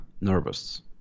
nervous